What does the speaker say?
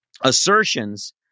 assertions